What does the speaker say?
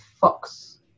fox